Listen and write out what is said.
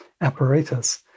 apparatus